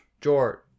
George